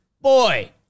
boy